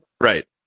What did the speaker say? Right